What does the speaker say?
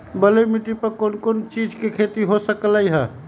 बलुई माटी पर कोन कोन चीज के खेती हो सकलई ह?